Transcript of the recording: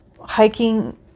hiking